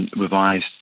Revised